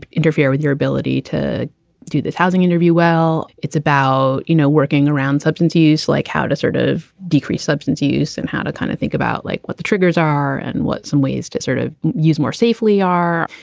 interfere with your ability to do that housing interview. well, it's about, you know, working around substance use, like how to sort of decrease substance use and how to kind of think about like what the triggers are and what some ways to sort of use more safely. ah,